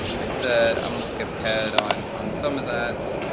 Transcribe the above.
like i said, i'm going to skip ahead on on some of that,